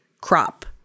crop